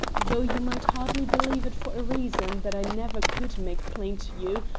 though you might hardly believe it for a reason that i never could make plain to you,